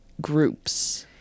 groups